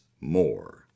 more